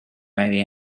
very